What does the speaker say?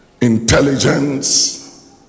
intelligence